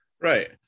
Right